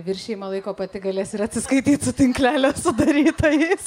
viršijimą laiko pati galės ir atsiskaityt su tinklelio sudarytojais